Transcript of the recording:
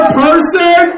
person